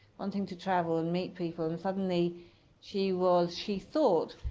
wanting to travel and meet people. and suddenly she was, she thought,